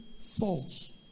False